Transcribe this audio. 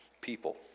people